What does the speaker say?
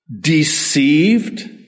deceived